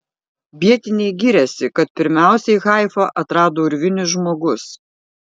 vietiniai giriasi kad pirmiausiai haifą atrado urvinis žmogus